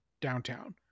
downtown